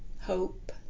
hope